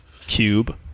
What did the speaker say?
cube